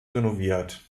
renoviert